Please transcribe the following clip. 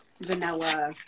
vanilla